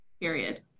period